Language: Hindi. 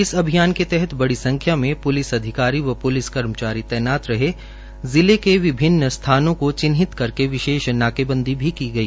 इस अभियान के दौरान बड़ी संख्या में प्लिस अधिकारियो को व प्लिस कर्मचारी तैनात रहे जिलों के विभिन्न स्थानों को चिनहित करके विशेष नाकेबंदी भी की गई